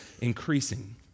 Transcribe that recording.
increasing